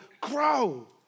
grow